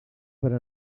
per